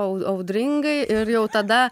au audringai ir jau tada